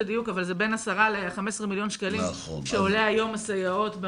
אבל בין 10 מיליון ל-15 מיליון שקלים זה הסייעות היום במעונות,